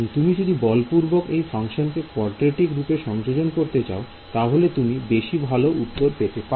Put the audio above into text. তুমি যদি বলপূর্বক এই ফাংশন কে কোয়াড্রেটিক রূপে সংযোজন করতে চাও তাহলে তুমি বেশি ভালো উত্তর পেতে পারো